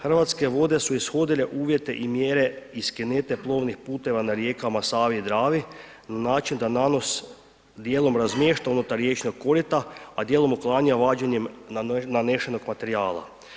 Hrvatske vode su ishodile uvjete i mjere i skenete plovnih puteva na rijekama Savi i Dravi na način da nanos dijelom razmješta unutar riječnog korita, a dijelom uklanja vađenjem nanešenog materijala.